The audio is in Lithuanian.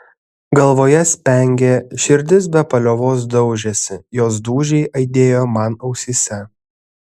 galvoje spengė širdis be paliovos daužėsi jos dūžiai aidėjo man ausyse